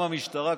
גם המשטרה,